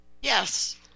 Yes